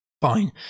Fine